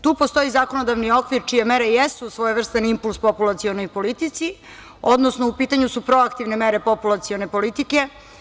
Tu postoji zakonodavni okvir čije mere jesu svojevrstan impuls populacionoj politici, odnosno u pitanju su proaktivne mere populacione politike.